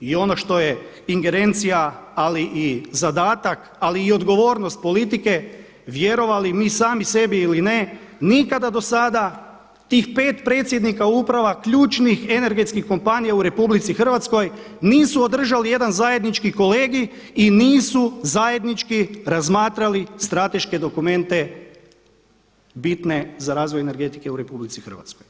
I ono što je ingernecija ali i zadatak, ali i odgovornost politike, vjerovali mi sami sebi ili ne, nikada do sada, tih pet predsjednika uprava ključnih energetskih kompanija u RH nisu održali jedan zajednički kolegij i nisu zajednički razmatrali strateške dokumente bitne za razvoj energetike u RH.